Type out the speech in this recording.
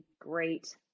great